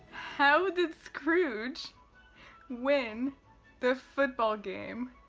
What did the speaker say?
how did scrooge win the football game?